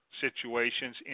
situations